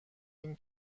این